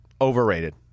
overrated